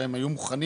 שהם היו מוכנים,